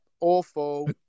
awful